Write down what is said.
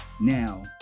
Now